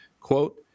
quote